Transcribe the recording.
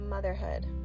motherhood